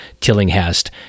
Tillinghast